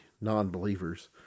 non-believers